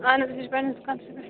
اہن حَظ بہٕ چھَس پنٕنِس دُکانسٔے پٮ۪ٹھ